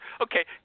Okay